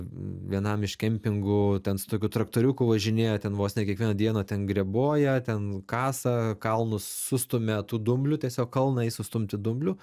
vienam iš kempingų ten su tokiu traktoriuku važinėja ten vos ne kiekvieną dieną ten greboja ten kasa kalnus sustumia tų dumblių tiesiog kalnai sustumti dumblių